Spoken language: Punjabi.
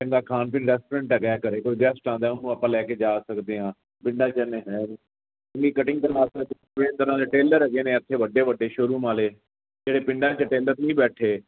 ਚੰਗਾ ਖਾਣ ਪੀਣ ਰੈਸਟੋਰੈਂਡ ਹੈਗਾ ਘਰੇ ਕੋਈ ਗੈਸਟ ਆਉਂਦਾ ਉਹਨੂੰ ਆਪਾਂ ਲੈ ਕੇ ਜਾ ਸਕਦੇ ਹਾਂ ਪਿੰਡਾਂ 'ਚ ਇੰਨੇ ਹੈ ਨਹੀਂ ਨਹੀਂ ਕਟਿੰਗ ਕਰਾ ਦੇ ਟੇਲਰ ਹੈਗੇ ਨੇ ਇਥੇ ਵੱਡੇ ਵੱਡੇ ਸ਼ੋਰੂਮ ਵਾਲੇ ਜਿਹੜੇ ਪਿੰਡਾਂ 'ਚ ਟੇਲਰ ਨਹੀਂ ਬੈਠੇ